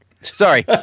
Sorry